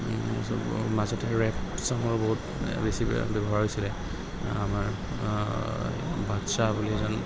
মাজতে ৰেপ চঙৰ বহুত বেছি ব্যৱহাৰ হৈছিলে আমাৰ বাদছাহ বুলি এজন